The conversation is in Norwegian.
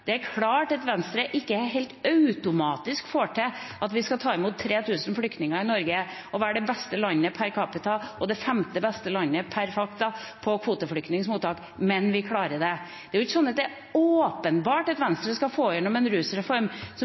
Det er klart at Venstre ikke helt automatisk får til at vi skal ta imot 3 000 flyktninger i Norge og være det beste landet per capita og det femte beste landet per capita på kvoteflyktningmottak – men vi klarer det. Det er ikke åpenbart at Venstre skal få igjennom en rusreform som